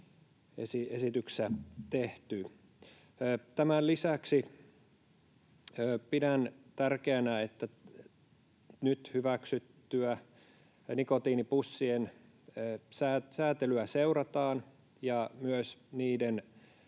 esityksessä tehty. Tämän lisäksi pidän tärkeänä, että nyt hyväksyttyä nikotiinipussien säätelyä seurataan ja myös niiden